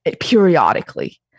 periodically